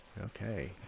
Okay